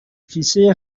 کیسه